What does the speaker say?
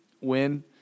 win